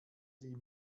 die